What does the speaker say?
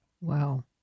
wow